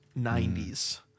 90s